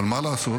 אבל מה לעשות?